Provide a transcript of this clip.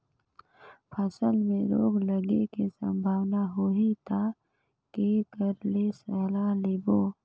फसल मे रोग लगे के संभावना होही ता के कर ले सलाह लेबो?